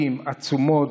עצומות,